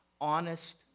honest